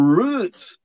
roots